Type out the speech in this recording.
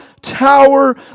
tower